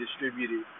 distributed